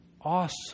awesome